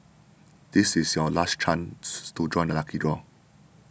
this is your last chance to join the lucky draw